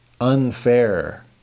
Unfair